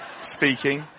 speaking